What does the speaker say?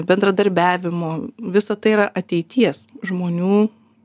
bendradarbiavimo visa tai yra ateities žmonių